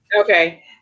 Okay